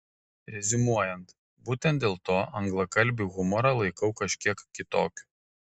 reziumuojant būtent dėl to anglakalbį humorą laikau kažkiek kitokiu